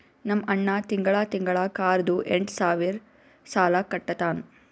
ನಮ್ ಅಣ್ಣಾ ತಿಂಗಳಾ ತಿಂಗಳಾ ಕಾರ್ದು ಎಂಟ್ ಸಾವಿರ್ ಸಾಲಾ ಕಟ್ಟತ್ತಾನ್